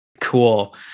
cool